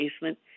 basement